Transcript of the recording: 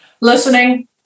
Listening